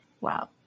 Wow